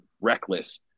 reckless